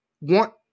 want